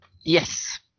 Yes